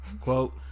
quote